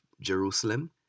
Jerusalem